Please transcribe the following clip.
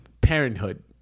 parenthood